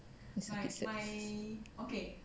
I see I see I see see